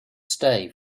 stay